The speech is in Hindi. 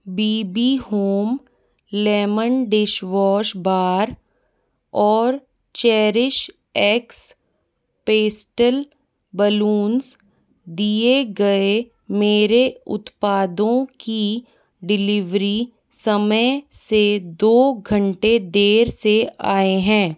B B home lemon dish wash bar और चैरीश एग्स पेस्टल बलून्स दिए गए मेरे उत्पादों की डिलीवरी समय से दो घंटे देर से आए हैं